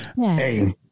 hey